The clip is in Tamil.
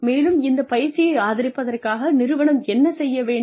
மேலும் இந்த பயிற்சியை ஆதரிப்பதற்காக நிறுவனம் என்ன செய்ய வேண்டும்